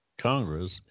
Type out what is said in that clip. Congress